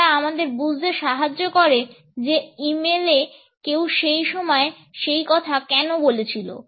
তারা আমাদের বুঝতে সাহায্য করে যে ই মেইল এ কেউ সেই সময় সেই কথা কেন বলেছিল